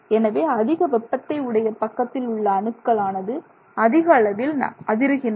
எனவே அதிக வெப்பத்தை உடைய பக்கத்தில் உள்ள அணுக்கள் ஆனது அதிக அளவில் அதிருகின்றன